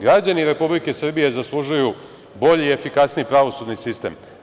Građani Republike Srbije zaslužuju bolji i efikasniji pravosudni sistem.